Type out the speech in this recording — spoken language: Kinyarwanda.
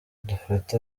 dufate